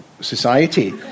society